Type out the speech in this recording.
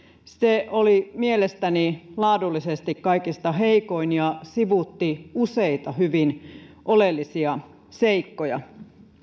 se oli mielestäni laadullisesti kaikista heikoin ja sivuutti useita hyvin oleellisia seikkoja